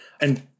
And-